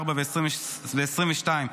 (4) ו-22,